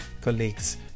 colleagues